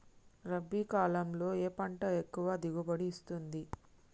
రబీ కాలంలో ఏ పంట ఎక్కువ దిగుబడి ఇస్తుంది?